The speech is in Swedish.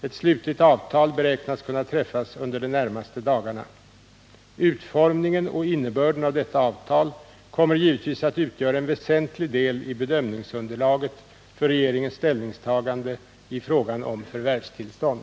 Ett slutligt avtal beräknas kunna träffas under de närmaste dagarna. Utformningen och innebörden av detta avtal kommer givetvis att utgöra en väsentlig del i bedömningsunderlaget för regeringens ställningstagande i frågan om förvärvstillstånd.